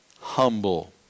humble